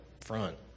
front